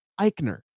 Eichner